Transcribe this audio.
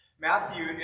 Matthew